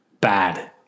Bad